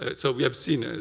and so we have seen, ah